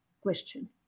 question